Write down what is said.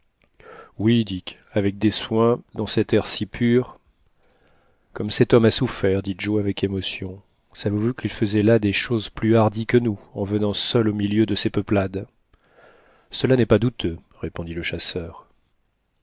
dick avec des soins dans cet air si pur comme cet homme a souffert dit joe avec émotion savez-vous qu'il faisait là des choses plus hardies que nous en venant seul au milieu de ces peuplades cela n'est pas douteux répondit le chasseur